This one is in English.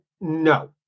No